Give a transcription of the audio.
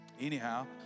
anyhow